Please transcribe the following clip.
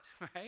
right